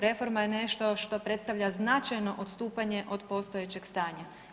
Reforma je nešto što predstavlja značajno odstupanje od postojećeg stanja.